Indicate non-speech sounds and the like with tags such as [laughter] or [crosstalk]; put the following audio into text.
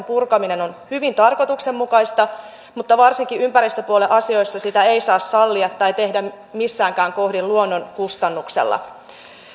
[unintelligible] purkaminen on hyvin tarkoituksenmukaista mutta varsinkaan ympäristöpuolen asioissa sitä ei saa sallia tai tehdä missäänkään kohdin luonnon kustannuksella